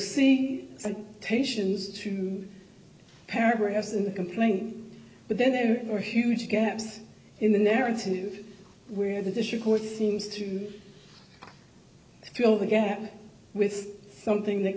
some patients two paragraphs in the complaint but then there are huge gaps in the narrative where the district court seems to fill the gap with something that